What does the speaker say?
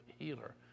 healer